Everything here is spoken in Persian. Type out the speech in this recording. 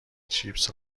چیپس